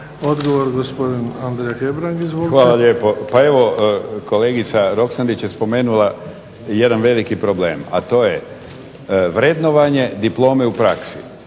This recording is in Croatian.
Odgovor, gospodin Andrija Hebrang. Izvolite. **Hebrang, Andrija (HDZ)** Hvala lijepo. Pa evo, kolegica Roksandić je spomenula jedan veliki problem, a to je vrednovanje diplome u praksi.